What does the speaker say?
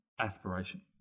aspiration